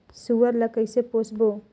सुअर ला कइसे पोसबो?